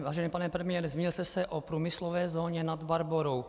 Vážený pane premiére, zmínil jste se o průmyslové zóně Nad Barborou.